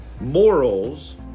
Morals